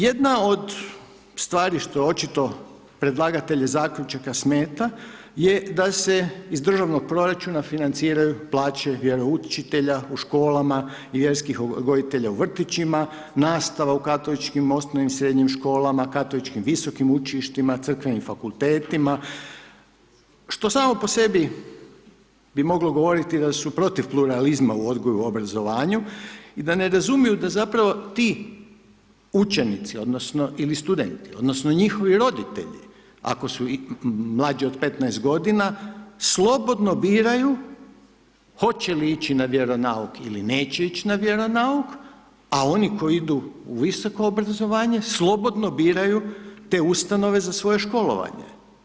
Jedna od stvari što očito predlagatelja zaključaka smeta je da se iz državnog proračuna financiraju plaće vjeroučitelja u školama i vjerskih odgojitelja u vrtićima, nastava u katoličkim osnovnim i srednjim školama, katoličkim visokim učilištima, crkvenim fakultetima što samo po sebi bi moglo govoriti da su protiv pluralizma u odgoju i obrazovanju i da ne razumiju da zapravo ti učenici odnosno ili studenti odnosno njihovi roditelji, ako su i mlađi od 15 godina slobodno biraju hoće li ići na vjeronauk ili neće ići na vjeronauk, a oni koji idu u visoko obrazovanje slobodno biraju te ustanove za svoje školovanje.